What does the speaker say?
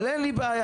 אבל אין בעיה.